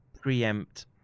preempt